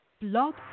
Blog